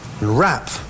wrap